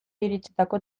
iritsitako